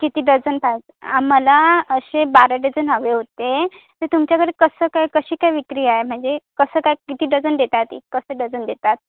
किती डझन पाहिजे आम्हाला असे बारा डझन हवे होते ते तुमच्याकडे कसं काय कशी काय विक्री आहे म्हणजे कसं काय किती डझन देतात हे कसं डझन देतात